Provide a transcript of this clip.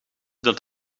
dat